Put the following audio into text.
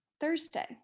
Thursday